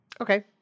Okay